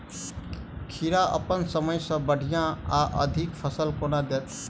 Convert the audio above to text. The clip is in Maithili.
खीरा अप्पन समय सँ बढ़िया आ अधिक फल केना देत?